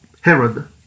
Herod